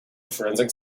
forensic